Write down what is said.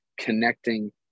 connecting